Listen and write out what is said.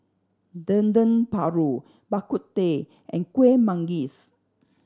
Dendeng Paru Bak Kut Teh and Kuih Manggis